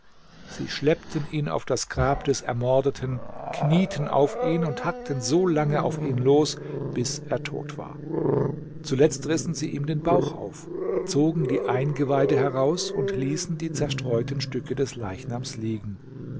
sie schleppten ihn auf das grab des ermordeten knieten auf ihn und hackten so lange auf ihn los bis er tot war zuletzt rissen sie ihm den bauch auf zogen die eingeweide heraus und ließen die zerstreuten stücke des leichnams liegen